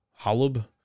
Holub